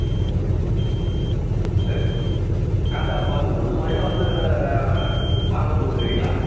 ஆ சரிங்கம்மா காசு அப்போ வந்து கொடுத்துட்டு போகறீங்களா வந்து வாங்கும்போது கொடுத்துக்கிறீங்களா